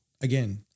again